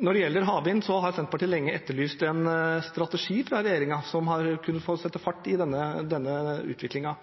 Når det gjelder havvind, har Senterpartiet lenge etterlyst en strategi fra regjeringen som kunne satt fart i denne utviklingen.